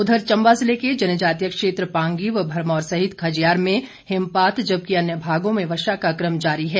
उधर चंबा जिले के जनजातीय क्षेत्र पांगी व भरमौर सहित खजियार में हिमपात जबकि अन्य भागों में वर्षा का कम जारी है